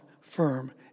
firm